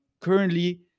currently